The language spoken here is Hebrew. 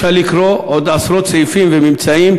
אפשר לקרוא עוד עשרות סעיפים וממצאים